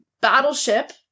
battleship